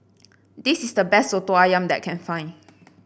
this is the best Soto ayam that I can find